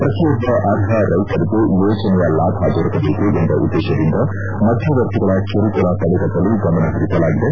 ಪ್ರತಿಯೊಬ್ಬ ಅರ್ಹ ರೈತರಿಗೆ ಯೋಜನೆಯ ಲಾಭ ದೊರಕಬೇಕು ಎಂಬ ಉದ್ದೇಶದಿಂದ ಮಧ್ಯವರ್ತಿಗಳ ಕಿರುಕುಳ ತಡೆಗಟ್ಟಲು ಗಮನಹರಿಸಲಾಗಿದೆ